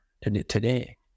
today